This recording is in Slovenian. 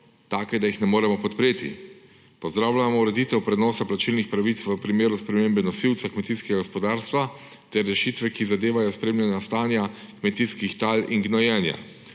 take, da jih ne moremo podpreti. Pozdravljamo ureditev prenosa plačilnih pravic v primeru spremembe nosilca kmetijskega gospodarstva ter rešitve, ki zadevajo spremljanje stanja kmetijskih tal in gnojenja.